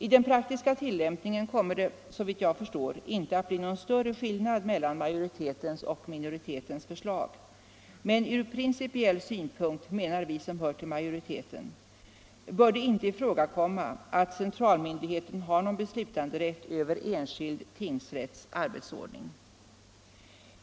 I den praktiska tillämpningen kommer det — såvitt jag förstår — inte att bli någon större skillnad mellan majoritetens och minoritetens förslag. Men ur principiell synpunkt, menar vi som hör till majoriteten, bör det inte ifrågakomma att centralmyndigheten har någon beslutanderätt över en enskild tingsrätts arbetsordning.